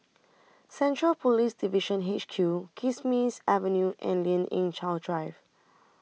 Central Police Division H Q Kismis Avenue and Lien Ying Chow Drive